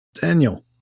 Daniel